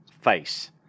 face